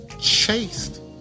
chased